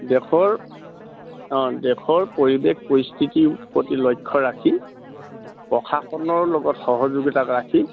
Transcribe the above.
দেশৰ অঁ দেশৰ পৰিৱেশ পৰিস্থিতিৰ প্ৰতি লক্ষ্য ৰাখি প্ৰশাসনৰ লগত সহযোগিতাক ৰাখি